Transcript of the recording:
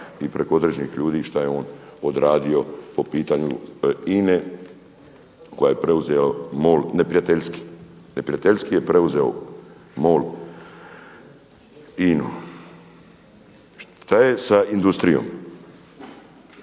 i preko određenih ljudi šta je on odradio po pitanju INA-e koju je preuzeo MOL neprijateljski. Neprijateljski je preuzeo MOL INA-u. Šta je sa industrijom